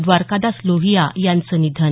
द्वारकादास लोहिया यांचं निधन